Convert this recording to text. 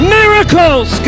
miracles